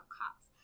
COPs